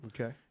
Okay